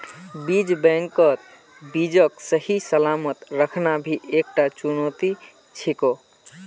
बीज बैंकत बीजक सही सलामत रखना भी एकता चुनौती छिको